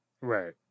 Right